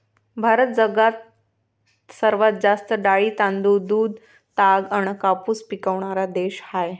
भारत जगात सर्वात जास्त डाळी, तांदूळ, दूध, ताग अन कापूस पिकवनारा देश हाय